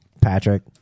Patrick